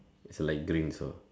is light green also